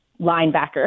linebacker